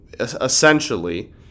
Essentially